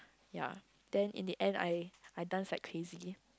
ya then in the end I I dance like crazy